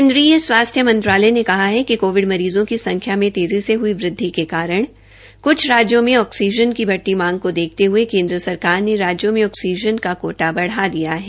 केन्द्रीय स्वास्थ्य मंत्रालय ने कहा है कि कोविड मरीज़ों की संख्या मे तेज़ी से हई वृदधि के कारण क्छ राज्यों में ऑकसीजन की बढ़ती मांग को देखते हये केनुद्र सरकार ने राज्यों में ऑक्सीजन का कोटा बढ़ा दिया है